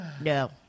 No